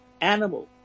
animal